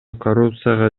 коррупцияга